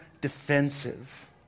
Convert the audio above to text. defensive